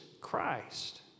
Christ